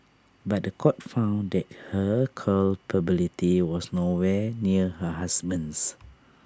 but The Court found that her culpability was nowhere near her husband's